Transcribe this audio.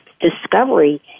discovery